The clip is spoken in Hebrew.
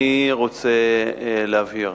אני רוצה להבהיר,